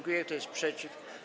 Kto jest przeciw?